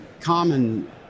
common